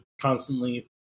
constantly